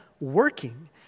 working